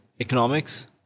economics